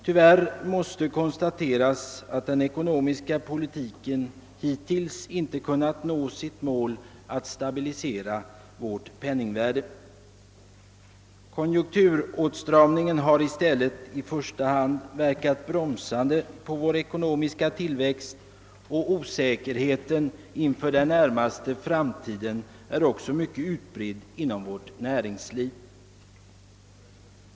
Tyvärr måste konstateras att den ekonomiska politiken hittills inte kunnat nå sitt mål, att stabilisera vårt penningvärde. Konjunkturåtstramningen har i stället i första hand verkat bromsande på vår ekonomiska tillväxt, och osäkerheten inför den närmaste framtiden är också mycket utbredd inom vårt näringsliv.